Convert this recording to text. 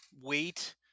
wait